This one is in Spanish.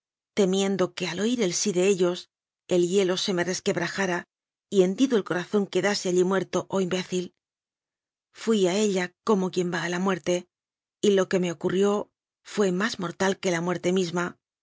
temiendo que al oír el s í de ellos el hielo se me resquebrajara y hendido el corazón quedase allí muerto o imbécil fui a ella como quien va a la muerte y lo que me ocurrió fué más mortal que la muerte misma